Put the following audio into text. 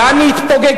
לאן היא התפוגגה?